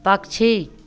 पक्षी